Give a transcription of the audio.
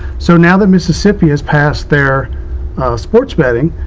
so now that mississippi has passed their sports betting,